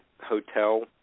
Hotel